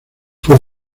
fue